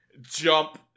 jump